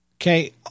Okay